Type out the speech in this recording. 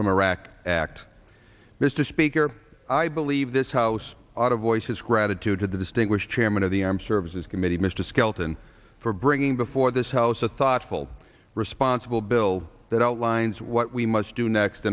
from iraq act mr speaker i believe this house oughta voice his gratitude to the distinguished chairman of the armed services committee mr skelton for bringing before this house a thoughtful responsible bill that outlines what we must do next